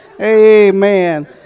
Amen